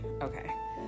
Okay